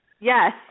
Yes